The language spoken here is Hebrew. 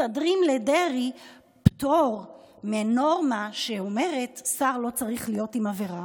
מסדרים לדרעי פטור מנורמה שאומרת: שר לא צריך להיות עם עבירה,